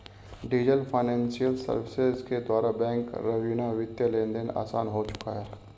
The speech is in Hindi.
डीजल फाइनेंसियल सर्विसेज के द्वारा बैंक रवीना वित्तीय लेनदेन आसान हो चुका है